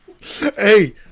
Hey